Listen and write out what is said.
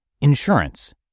Insurance